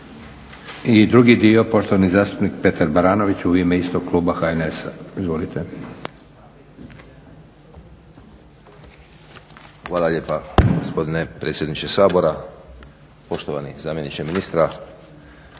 I drugi dio poštovani zastupnik Petar Baranović u ime istog kluba HNS-a. Izvolite. **Baranović, Petar (HNS)** Hvala lijepa gospodine predsjedniče Sabora, poštovani zamjeniče ministra,